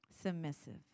submissive